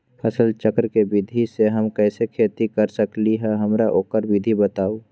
फसल चक्र के विधि से हम कैसे खेती कर सकलि ह हमरा ओकर विधि बताउ?